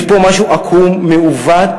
יש פה משהו עקום, מעוות,